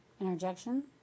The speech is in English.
Interjection